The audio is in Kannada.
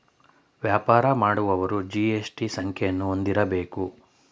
ವ್ಯಾಪಾರ ಮಾಡುವವರು ಜಿ.ಎಸ್.ಟಿ ಸಂಖ್ಯೆಯನ್ನು ಹೊಂದಿರಬೇಕು